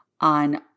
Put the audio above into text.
on